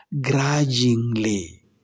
grudgingly